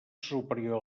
superior